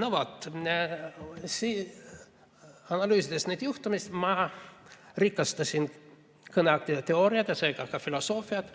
No vot. Analüüsides neid juhtumeid, ma rikastasin kõneaktide teooriat ja seega ka filosoofiat